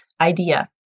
idea